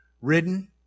ridden